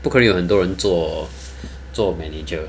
不可能有很多人做做 manager